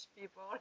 people